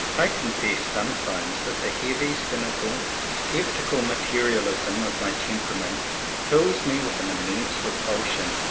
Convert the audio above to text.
i confess sometimes that the heavy, cynical, sceptical materialism of my tem perament fills me with an immense repul sion.